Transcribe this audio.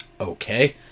Okay